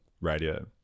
radio